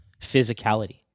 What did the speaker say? physicality